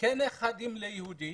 כנכדים ליהודים,